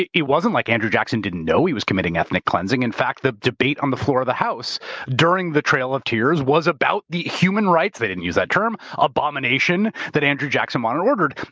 it wasn't like andrew jackson didn't know he was committing ethnic cleansing. in fact, the debate on the floor of the house during the trail of tears was about the human rights, they didn't use that term, abomination that andrew jackson wanted ordered.